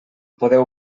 podeu